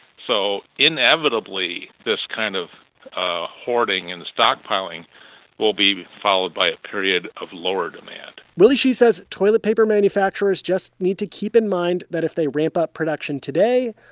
so inevitably, this kind of hoarding and stockpiling will be followed by a period of lower demand willy shih says toilet paper manufacturers just need to keep in mind that if they ramp up production today,